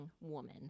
woman